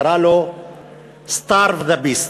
קרא לו starve the beast"".